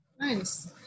nice